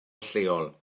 lleol